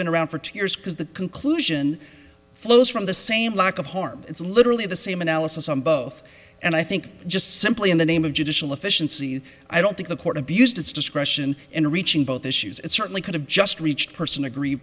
been around for two years because the conclusion flows from the same lack of harm it's literally the same analysis on both and i think just simply in the name of judicial efficiency i don't think the court abused its discretion in reaching both issues it certainly could have just reached person ag